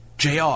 JR